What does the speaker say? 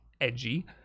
Edgy